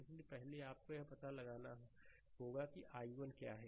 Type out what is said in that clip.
इसलिए पहले आपको यह पता लगाना होगा कि i1 क्या है